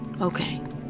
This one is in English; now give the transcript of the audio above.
Okay